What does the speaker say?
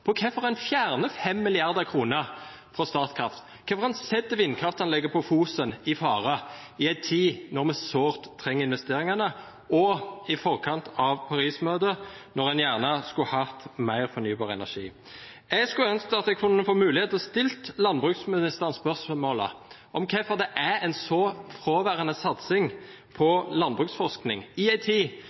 på hvorfor en fjerner 5 mrd. kr fra Statkraft, hvorfor en setter vindkraftanlegget på Fosen i fare i en tid når vi sårt trenger investeringene og i forkant av Paris-møtet når en gjerne skulle hatt mer fornybar energi. Jeg kunne ønsket at jeg hadde fått muligheten til å stille landbruksministeren spørsmål om hvorfor det er en så fraværende satsing på landbruksforskning i en tid